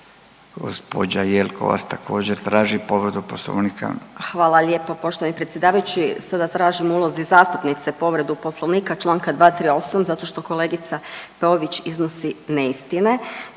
Gospođa Jelkovac također traži povredu Poslovnika. **Jelkovac, Marija (HDZ)** Hvala lijepo poštovani predsjedavajući. Sada tražim u ulozi zastupnice povredu Poslovnika članka 238. zato što kolegica Peović iznosi neistine